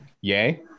yay